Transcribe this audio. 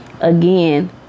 again